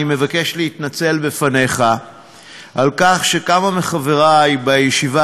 אני מבקש להתנצל בפניך על כך שכמה מחברי בישיבה